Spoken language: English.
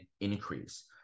increase